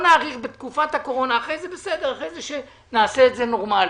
נאריך בתקופת הקורונה ואחר כך נעשה את זה באופן נורמלי.